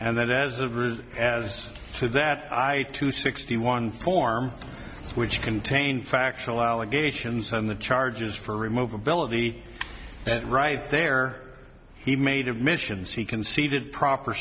and that as a rule as to that i to sixty one form which contain factual allegations on the charges for remove ability that right there he made admissions he conceded proper